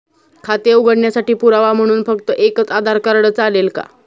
खाते उघडण्यासाठी पुरावा म्हणून फक्त एकच आधार कार्ड चालेल का?